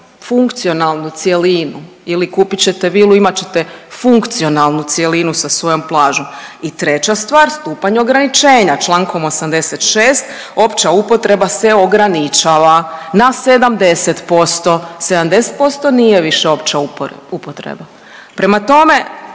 funkcionalnu cjelinu ili kupit ćete vilu i imat ćete funkcionalnu cjelinu sa svojom plažom. I treća stvar, stupanje ograničenja, čl. 86. opća upotreba se ograničava na 70%, 70% nije više opća upotreba. Prema tome,